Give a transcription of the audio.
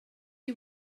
you